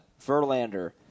Verlander